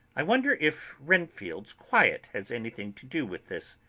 i wonder if renfield's quiet has anything to do with this.